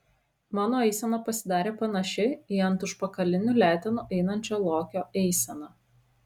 mano eisena pasidarė panaši į ant užpakalinių letenų einančio lokio eiseną